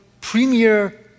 premier